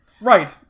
Right